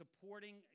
supporting